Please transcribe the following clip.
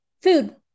Food